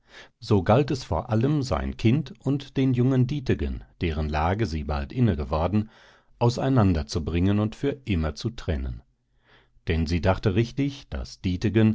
so galt es vor allem sein kind und den jungen dietegen deren lage sie bald inne geworden auseinander zu bringen und für immer zu trennen denn sie dachte richtig daß dietegen